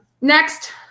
Next